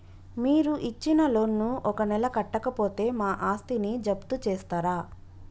మీరు ఇచ్చిన లోన్ ను ఒక నెల కట్టకపోతే మా ఆస్తిని జప్తు చేస్తరా?